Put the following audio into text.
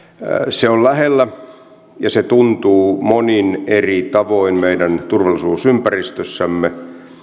se on lähellä ja se tuntuu monin eri tavoin meidän turvallisuusympäristössämme